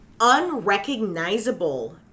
unrecognizable